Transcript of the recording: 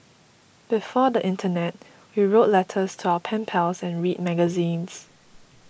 before the internet we wrote letters to our pen pals and read magazines